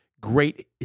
great